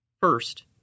First